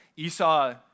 Esau